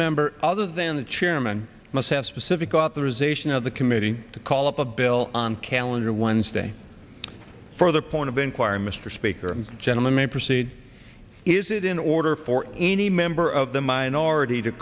member other than the chairman must have specific authorization of the committee to call up a bill on calendar wednesday for the point of inquiry mr speaker and gentlemen may proceed is it in order for any member of the minority to